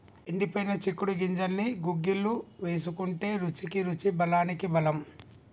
ఎండిపోయిన చిక్కుడు గింజల్ని గుగ్గిళ్లు వేసుకుంటే రుచికి రుచి బలానికి బలం